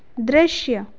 दृश्य